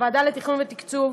הוועדה לתכנון ותקצוב,